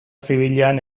zibilean